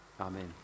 Amen